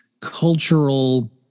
cultural